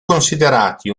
considerati